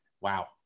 Wow